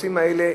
הנושאים האלה,